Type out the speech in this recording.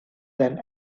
than